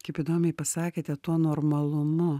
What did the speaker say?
kaip įdomiai pasakėte tuo normalumu